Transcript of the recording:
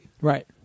Right